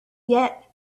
yet